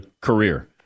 career